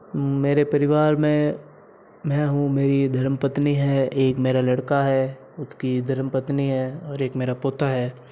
मेरे परिवार में मैं हूँ मेरी धर्मपत्नी है एक मेरा लड़का है उसकी धर्मपत्नी है और एक मेरा पोता है